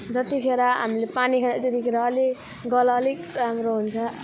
जत्तिखेर हामीले पानी खेरो त्यतिखेर अलिक गल अलिक राम्रो हुन्छ